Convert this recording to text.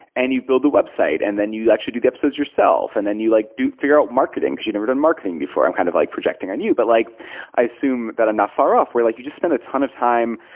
and you build the website, and then you actually do the episodes yourself, and then you like figure out marketing, because you've never done marketing before. i'm kind of like projecting on you. but like i assume that i'm not far-off, where like you just spend a ton of time.